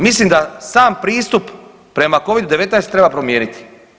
Mislim da sam pristup prema Covidu-19 treba promijeniti.